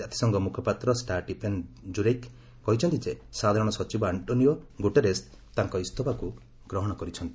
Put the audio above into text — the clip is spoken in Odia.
କାତିସଂଘ ମୁଖପାତ୍ର ଷ୍ଟା ଷ୍ଟିଫାନେ ଡୁଜାରିକ୍ କହିଛନ୍ତି ଯେ ସାଧାରଣ ସଚିବ ଆଶ୍କୋନିଓ ଗୁଟେରସ୍ ତାଙ୍କ ଇସ୍ତଫାକୁ ଗ୍ରହଣ କରିଛନ୍ତି